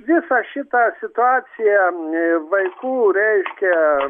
visa šita situacija vaikų reiškia